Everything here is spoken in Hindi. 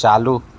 चालू